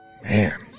Man